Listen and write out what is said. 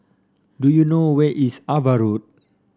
do you know where is Ava Road